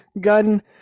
gun